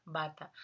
bata